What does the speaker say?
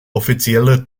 offizieller